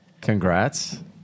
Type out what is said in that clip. Congrats